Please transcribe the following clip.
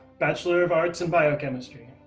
bachelor of arts in biochemistry.